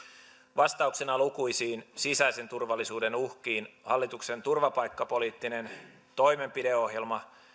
vastauksena lukuisiin sisäisen turvallisuuden uhkiin hallituksen turvapaikkapoliittinen toimenpideohjelma